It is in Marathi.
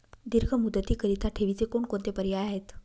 दीर्घ मुदतीकरीता ठेवीचे कोणकोणते पर्याय आहेत?